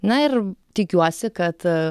na ir tikiuosi kad